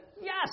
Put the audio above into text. yes